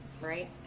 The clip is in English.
right